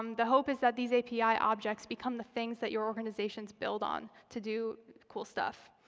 um the hope is that these api objects become the things that your organizations build on to do cool stuff.